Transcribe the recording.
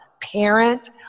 parent